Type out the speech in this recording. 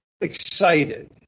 Excited